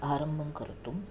आरम्भं कर्तुं